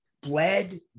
bled